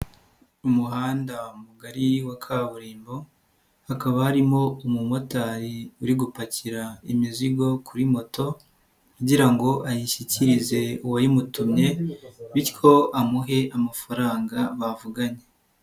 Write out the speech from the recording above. Umuhanda mugari wa kaburimbo hakaba harimo umumotari uri gupakira imizigo kuri moto kugira ngo ayishyikirize uwayimutumye bityo amuhe amafaranga bavuganye.